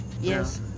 Yes